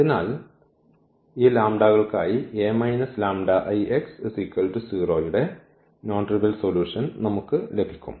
അതിനാൽ ഈ ലാംബാഡകൾക്കായി ന്റെ നോൺ ട്രിവിയൽ സൊല്യൂഷൻ നമുക്ക് ലഭിക്കും